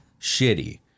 shitty